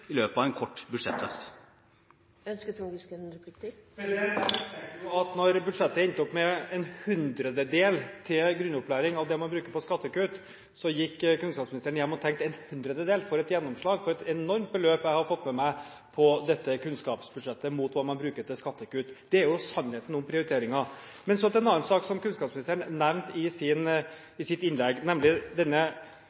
i løpet av en kort budsjetthøst. Jeg mistenker at når budsjettet endte opp med at man bruker én hundredel av det man brukte til skattekutt, til grunnopplæring, gikk kunnskapsministeren hjem og tenkte: Én hundredel – for et gjennomslag, for et enormt beløp jeg har fått med meg på dette kunnskapsbudsjettet, sammenliknet med det man bruker til skattekutt. Det er jo sannheten om prioriteringen. Så til en annen sak som kunnskapsministeren nevnte i